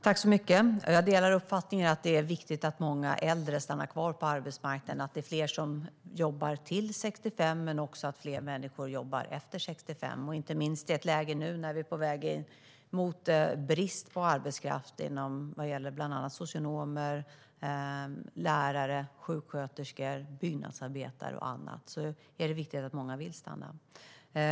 Herr talman! Jag delar uppfattningen att det är viktigt att många äldre stannar kvar på arbetsmarknaden, att det är fler som jobbar till 65 men också att fler människor jobbar efter 65. Inte minst i ett läge nu när vi är på väg mot en brist på arbetskraft vad gäller bland annat socionomer, lärare, sjuksköterskor, byggnadsarbetare och andra är det viktigt att många vill stanna.